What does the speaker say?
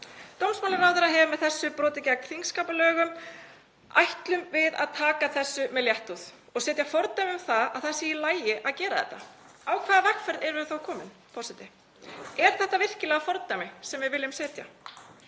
Dómsmálaráðherra hefur með þessu brotið gegn þingskapalögum. Ætlum við að taka þessu með léttúð og setja fordæmi um að það sé í lagi að gera þetta? Á hvaða vegferð erum við þá komin, forseti? Er það virkilega fordæmi sem við viljum setja?